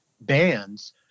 bands